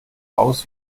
aus